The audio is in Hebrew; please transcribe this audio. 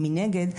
מנגד,